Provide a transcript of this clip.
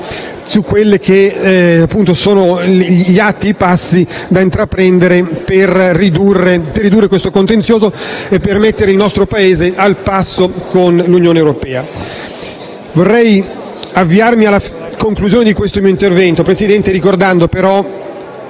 locali sugli atti e sui passi da intraprendere per ridurre il contenzioso e mettere il nostro Paese al passo con l'Unione europea. Vorrei avviarmi alla conclusione di questo mio intervento, signor Presidente, ricordando che